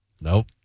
Nope